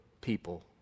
people